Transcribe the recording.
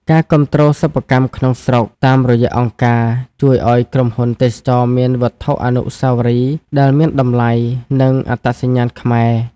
ការគាំទ្រសិប្បកម្មក្នុងស្រុកតាមរយៈអង្គការ ជួយឱ្យក្រុមហ៊ុនទេសចរណ៍មានវត្ថុអនុស្សាវរីយ៍ដែលមានតម្លៃ និងអត្តសញ្ញាណខ្មែរ។